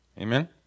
Amen